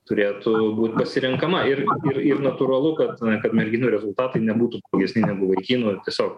turėtų būt pasirenkama ir ir ir natūralu kad kad merginų rezultatai nebūtų blogesni negu vaikinų tiesiog